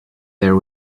there